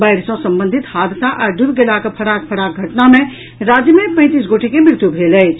बाढ़ि सँ संबंधित हादसा आ डूबि गेलाक फराक फराक घटना मे राज्य मे पैंतीस गोटे के मृत्यु भेल अछि